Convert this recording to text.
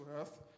earth